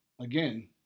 again